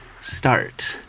start